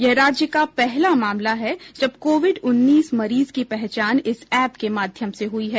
यह राज्य का पहला मामला है जब कोविड उन्नीस मरीज की पहचान इस एप के माध्यम से हुई है